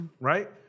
Right